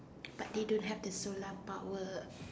but they don't have the solar power